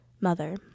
Mother